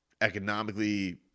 economically